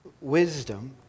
wisdom